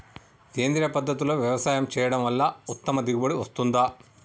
సేంద్రీయ పద్ధతుల్లో వ్యవసాయం చేయడం వల్ల ఉత్తమ దిగుబడి వస్తుందా?